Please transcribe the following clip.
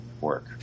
work